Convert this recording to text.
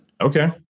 Okay